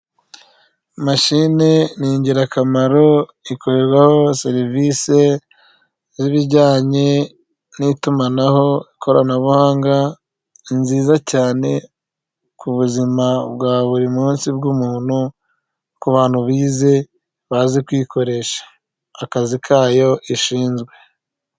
Mashini n'ingirakamaro ikorerwaho serivisi ziibijyanye n'itumanaho, ikoranabuhanga. Ni nziza cyane ku buzima bwa buri munsi bw'umuntu ku bantu bize bazi kwikoresha akazi kayo, ishinzwe.